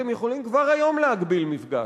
אתם יכולים כבר היום להגביל מפגש.